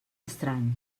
estrany